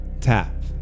tap